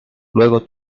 luego